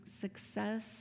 success